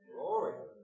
Glory